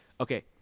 Okay